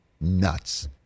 nuts